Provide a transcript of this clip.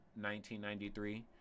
1993